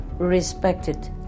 respected